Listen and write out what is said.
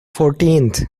fourteenth